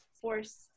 force